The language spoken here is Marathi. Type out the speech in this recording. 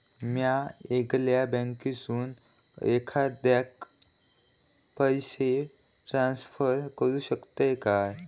म्या येगल्या बँकेसून एखाद्याक पयशे ट्रान्सफर करू शकतय काय?